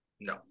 No